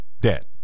debt